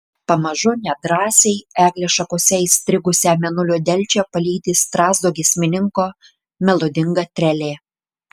pamažu nedrąsiai eglės šakose įstrigusią mėnulio delčią palydi strazdo giesmininko melodinga trelė